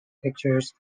pictures